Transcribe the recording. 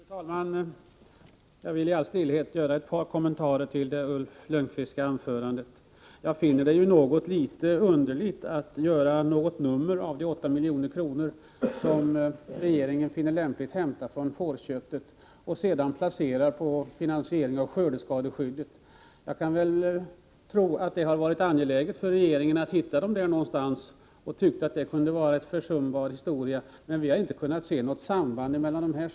Fru talman! Låt mig i all stillsamhet göra ett par kommentarer till anförandet av Ulf Lönnqvist. Jag finner det litet underligt att man gör ett nummer av de 8 milj.kr. som regeringen finner lämpligt hämta från stödet till fårköttsproduktionen och placera på finansiering av skördeskadeskyddet. Det har väl varit angeläget för regeringen att hitta dessa pengar någonstans, och då har man tyckt att stödet till fårköttsproduktionen kunde vara försumbart. Men vi har inte kunnat se något samband här.